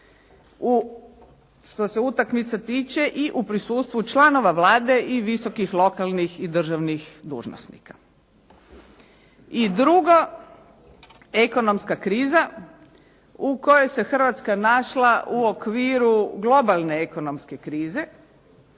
Što se utakmice tiče i u prisutstvu članova Vlade i visokih lokalnih i državnih dužnosnika. I drugo, ekonomska kriza u kojoj se Hrvatska našla u okviru globalne ekonomske krize